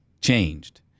changed